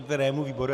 Kterému výboru?